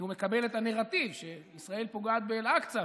כי הוא מקבל את הנרטיב שישראל פוגעת באל-אקצה,